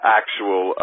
actual